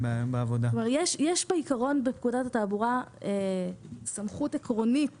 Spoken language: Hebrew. בעיקרון, יש בפקודת התעבורה סמכות עקרונית